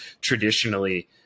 traditionally